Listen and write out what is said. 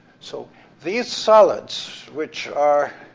so these solids, which are